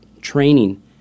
training